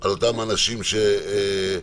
על אותם אנשים שמרגישים